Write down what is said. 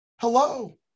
Hello